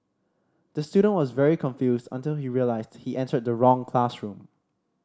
the student was very confused until he realised he entered the wrong classroom